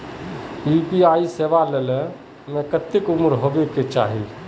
UPI सेवा ले में कते उम्र होबे के चाहिए?